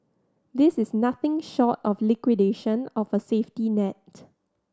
this is nothing short of liquidation of a safety net